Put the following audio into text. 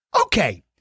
Okay